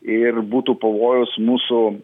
ir būtų pavojus mūsų